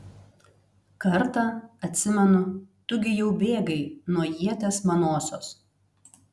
kartą atsimenu tu gi jau bėgai nuo ieties manosios